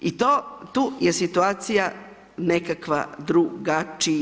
I tu je situacija nekakva drugačija.